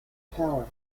power